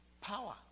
power